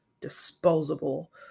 disposable